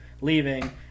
leaving